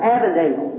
Avondale